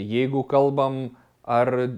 jeigu kalbam ar